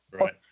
right